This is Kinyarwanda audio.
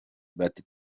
bati